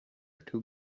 two